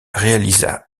réalisa